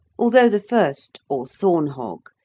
although the first, or thorn-hog,